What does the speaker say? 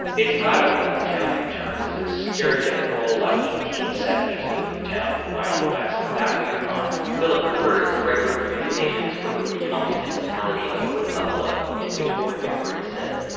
it's not a boomtown in terms of the stereotypical like eighteen seventy s boomtown of the wild west. that we are not philip cooper is director of communications for the regional municipality of wood buffalo, in which fort mcmurray sits.